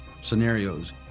scenarios